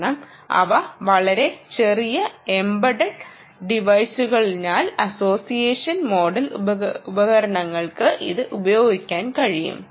കാരണം അവ വളരെ ചെറിയ എംബെഡഡ് ടിവൈസുകളായതിനാൽ അസോസിയേഷൻ മോഡൽ ഉപകരണങ്ങൾക്ക് ഇത് ഉപയോഗിക്കാൻ കഴിയും